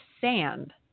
sand